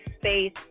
space